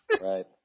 Right